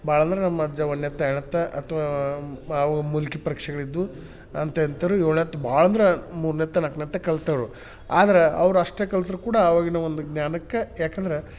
ಭಾಳ ಅಂದ್ರೆ ನಮ್ಮ ಅಜ್ಜ ಒಂದನೇ ಎತ್ತ ಎರಡನೆ ಎತ್ತ ಅಥವಾ ಮ್ ಅವು ಮುಲ್ಕಿ ಪರೀಕ್ಷೆಗಳಿದ್ದವು ಅಂಥ ಇಂಥೋರು ಏಳನೆ ಎತ್ ಭಾಳ ಅಂದ್ರೆ ಮೂರನೆ ಎತ್ತ ನಾಲ್ಕನೆ ಎತ್ತ ಕಲಿತವ್ರು ಆದ್ರೆ ಅವ್ರು ಅಷ್ಟೇ ಕಲ್ತರು ಕೂಡ ಅವಾಗಿನ ಒಂದು ಜ್ಞಾನಕ್ಕೆ ಏಕೆಂದ್ರೆ